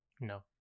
No